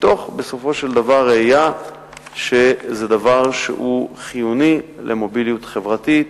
בסופו של דבר מתוך ראייה שזה דבר חיוני למוביליות חברתית,